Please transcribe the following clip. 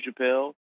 Chappelle